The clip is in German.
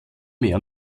mehr